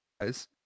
guys